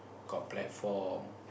got platform